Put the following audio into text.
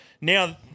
now